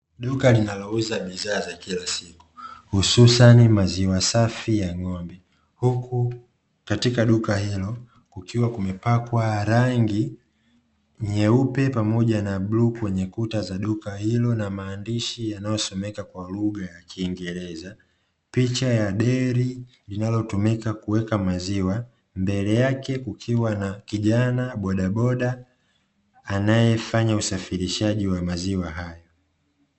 Duka linalouza bidhaa za kila siku hususani maziwa safi ya ng'ombe. Katika duka hilo kukiwa kumepakwa rangi nyeupe pamoja na bluu, kwenye kuta za duka hilo na maandishi yanayosomeka kwa lugha ya kiingereza picha ya deri linalotumika kuweka maziwa mbele yake kukiwa na kijana bodaboda anayefanya usafirishaji wa maziwa haya.